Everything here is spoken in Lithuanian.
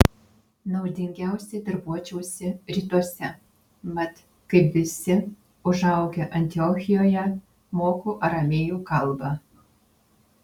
naudingiausiai darbuočiausi rytuose mat kaip visi užaugę antiochijoje moku aramėjų kalbą